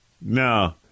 no